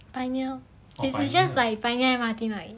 pioneer it's just like pioneer M_R_T right